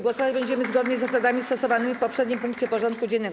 Głosować będziemy zgodnie z zasadami stosowanymi w poprzednim punkcie porządku dziennego.